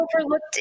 overlooked